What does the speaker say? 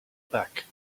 back